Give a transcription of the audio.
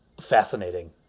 fascinating